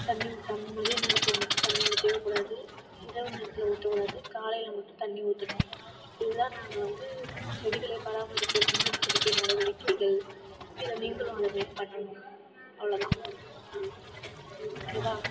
தண்ணி ஊற்றாமலே நிலத்துல மட்டும் தண்ணி ஊற்றிர கூடாது இரவு நேரத்தில் ஊற்றக் கூடாது காலையில் மட்டும் தண்ணி ஊற்றணும் இது தான் நாங்கள் வந்து செடிகளை பராமரிக்க முன்னெச்சரிக்கை நடவடிக்கைகள் இதை நீங்களும் அதை மாரி பண்ணணும் அவ்வளோ தான் ஓகேவா